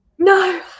No